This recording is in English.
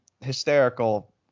hysterical